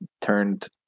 Turned